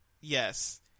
yes